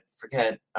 forget